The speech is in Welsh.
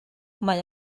mae